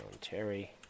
Terry